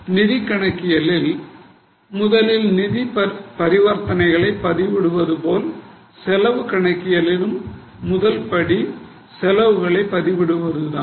நிதிக் கணக்கியலில் முதலில் நிதி பரிவர்த்தனைகளை பதிவிடுவது போல் செலவு கணக்கியலிலும் முதல் படி செலவுகளை பதிவிடுவது தான்